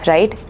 Right